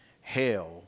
hell